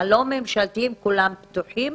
הלא ממשלתיים כולם פתוחים?